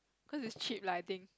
cause it's cheap lah I think